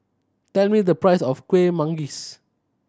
tell me the price of Kueh Manggis